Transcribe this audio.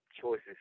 choices